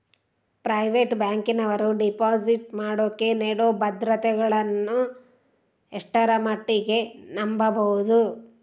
Private ಬ್ಯಾಂಕಿನವರು deposit ಮಾಡೋಕೆ ನೇಡೋ ಭದ್ರತೆಗಳನ್ನು ಎಷ್ಟರ ಮಟ್ಟಿಗೆ ನಂಬಬಹುದು?